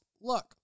look